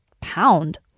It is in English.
pound